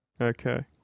Okay